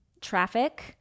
traffic